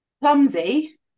clumsy